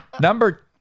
Number